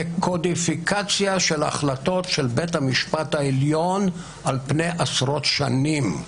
זה קודיפיקציה של החלטות של בית המשפט העליון על פני עשרות שנים.